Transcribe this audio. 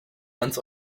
ganz